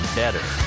better